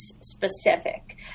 specific